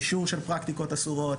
אישור של פרקטיקות אסורות,